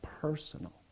personal